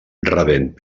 rebent